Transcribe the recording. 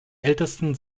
ältesten